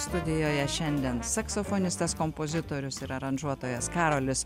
studijoje šiandien saksofonistas kompozitorius ir aranžuotojas karolis